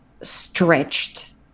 stretched